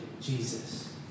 Jesus